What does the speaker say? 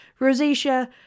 rosacea